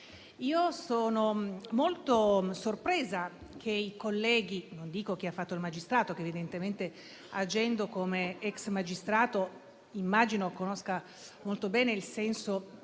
sono molto sorpresa che i colleghi - non dico chi ha fatto il magistrato, che evidentemente, agendo come ex magistrato, immagino conosca molto bene il senso di